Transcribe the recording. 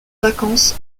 vacances